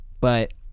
But-